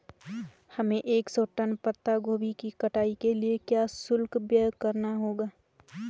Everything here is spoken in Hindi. हमें एक सौ टन पत्ता गोभी की कटाई के लिए क्या शुल्क व्यय करना होगा?